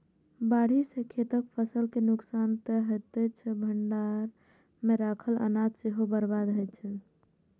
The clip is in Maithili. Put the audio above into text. बाढ़ि सं खेतक फसल के नुकसान तं होइते छै, भंडार मे राखल अनाज सेहो बर्बाद होइ छै